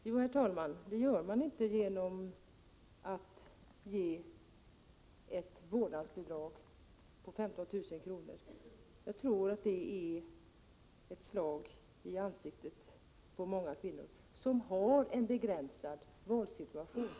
Herr talman! Det gör man inte genom att ge ett vårdnadsbidrag på 15 000 kr. Jag tror att det är ett slag i ansiktet på många kvinnor som har en begränsad valmöjlighet.